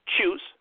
choose